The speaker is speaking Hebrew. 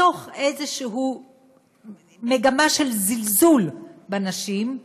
מתוך איזושהי מגמה של זלזול בנשים,